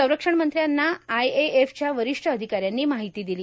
संरक्षण मंत्र्यांना I A F च्या वरिष्ठ अधिकाऱ्यांनी माहिती दिली